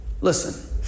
Listen